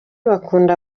bakunda